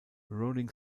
rolling